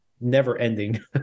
never-ending